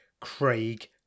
Craig